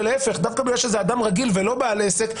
ודווקא בגלל שזה אדם רגיל ולא בעל עסק,